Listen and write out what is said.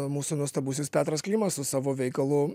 mūsų nuostabusis petras klimas su savo veikalu